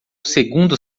segundo